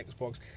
xbox